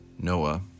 Noah